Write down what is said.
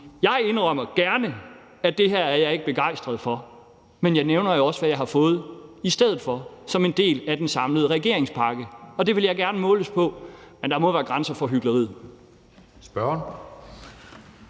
Jeg indrømmer gerne, at det her er jeg ikke begejstret for, men jeg nævner jo også, hvad jeg har fået i stedet for som en del af den samlede regeringspakke, og det vil jeg gerne måles på. Men der må være grænser for hykleriet.